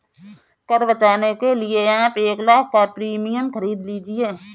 कर बचाने के लिए आप एक लाख़ का प्रीमियम खरीद लीजिए